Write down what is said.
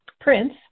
prince